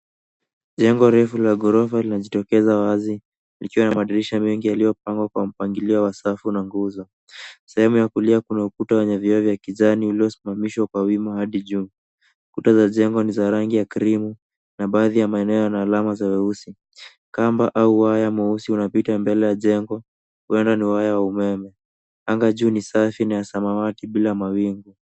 Jengo refu la gorofa linajitokeza wazi likiwa na madirisha mengi yaliyopangwa kwa mpangilio wa safu na nguzo. Sehemu ya kulia kuna ukuta wenye vioo vya kijani, uliosimamisha kwa wima hadi juu. Kuta za jengo ni za rangi ya krimu na baadhi ya maeneo yana alama za weusi. Kamba au waya mweusi unapita mbele ya jengo huenda ni waya wa umeme. Anga juu ni safi na samawati bila mawingu.